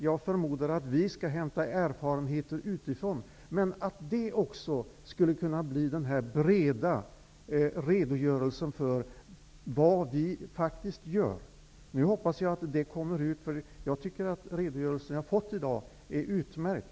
Jag förmodar att vi skall hämta erfarenheter utifrån på denna internationella sammankomst. Jag hoppas att det där också redogörs för vad vi faktiskt gör. Jag hoppas att det kommer ut. Innehållet i den redogörelse jag fått i dag är utmärkt.